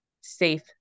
safe